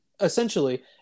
essentially